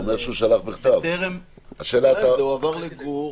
אבל זה הועבר לגור.